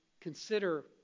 consider